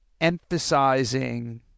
emphasizing